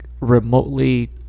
remotely